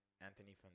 Anthony